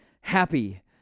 happy